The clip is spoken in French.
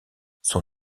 son